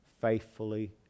faithfully